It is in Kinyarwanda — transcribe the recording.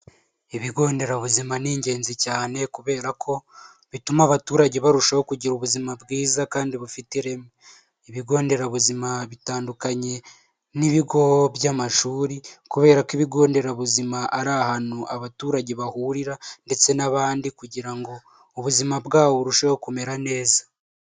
ibigonderabuzima ni ingenzi cyane kubera ko bituma abaturage barushaho kugira ubuzima bwiza kandi bufite ireme, ibigonderabuzima bitandukanye n'ibigo by'amashuri kubera ko ibigonderabuzima ari ahantu abaturage bahurira ndetse n'abandi kugira ngo ubuzima bwabo burusheho kumera neza.